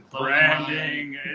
branding